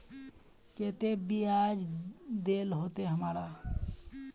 केते बियाज देल होते हमरा?